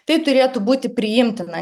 tai turėtų būti priimtina